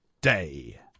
Day